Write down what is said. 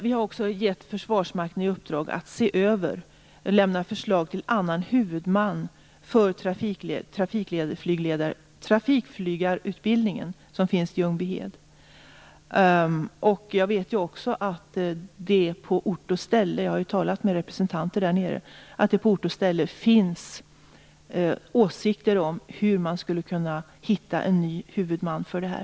Vi har också gett Försvarsmakten i uppdrag att se över och lämna förslag till annan huvudman för trafikflygarutbildningen, som finns i Ljungbyhed. Jag vet också att det på ort och ställe - jag har ju talat med representanter där nere - finns åsikter om hur man skulle kunna hitta en ny huvudman för det här.